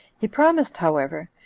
he promised, however,